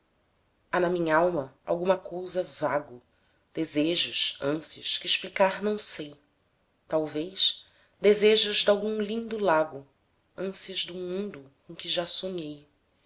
na minhalma alguma cousa vago desejos ânsias que explicar não sei talvez desejos dalgum lindo lago ânsias dum mundo com que já sonhei